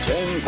Ten